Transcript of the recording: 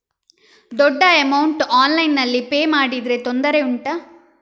ದೊಡ್ಡ ಅಮೌಂಟ್ ಆನ್ಲೈನ್ನಲ್ಲಿ ಪೇ ಮಾಡಿದ್ರೆ ತೊಂದರೆ ಉಂಟಾ?